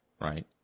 right